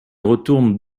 retourne